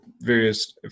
various